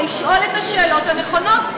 לשאול את השאלות הנכונות,